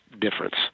difference